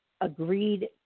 agreed